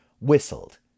whistled